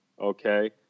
okay